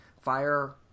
Fire